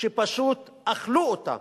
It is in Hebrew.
שפשוט אכלו אותה